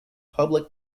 public